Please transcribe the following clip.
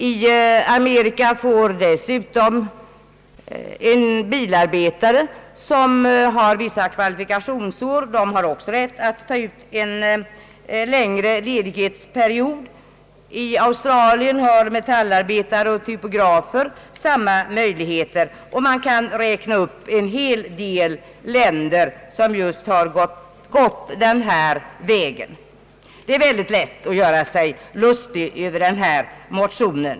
I Amerika har dessutom en bilarbetare, som har vissa kvalifikationsår, rätt att ta ut en längre ledighetsperiod. I Australien har metallarbetare och typografer samma möjligheter, och jag skulle kunna räkna upp en hel del länder där sådant förekommer. Det är mycket lätt att göra sig lustig över denna motion.